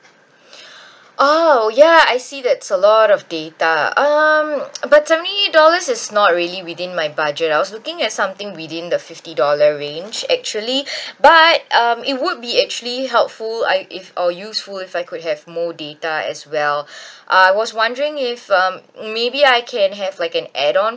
oh ya I see that's a lot of data um but seventy dollars is not really within my budget I was looking at something within the fifty dollar range actually but um it would be actually helpful I if or useful if I could have more data as well uh I was wondering if um maybe I can have like an add on